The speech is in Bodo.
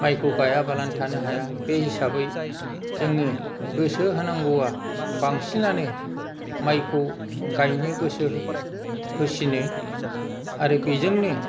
माइखौ गायाबालानो थानो हाया बे हिसाबै जोङो गोसो होनांगौआ बांसिनआनो माइखौ गायनो गोसो होसिनो आरो बेजोंनो